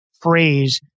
phrase